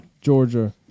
Georgia